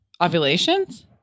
ovulations